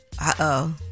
Uh-oh